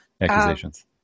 accusations